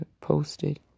posted